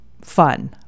fun